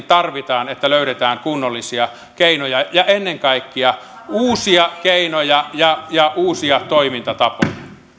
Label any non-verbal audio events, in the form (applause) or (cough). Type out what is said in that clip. (unintelligible) tarvitaan että löydetään kunnollisia keinoja ja ennen kaikkea uusia keinoja ja ja uusia toimintatapoja